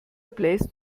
bläst